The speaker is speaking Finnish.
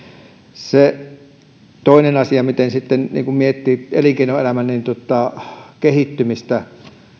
otetaan pois toinen asia kun miettii elinkeinoelämää sen kehittymistä